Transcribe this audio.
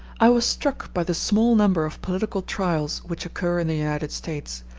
i was struck by the small number of political trials which occur in the united states,